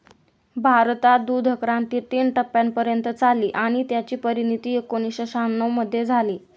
भारतात दूधक्रांती तीन टप्प्यांपर्यंत चालली आणि त्याची परिणती एकोणीसशे शहाण्णव मध्ये झाली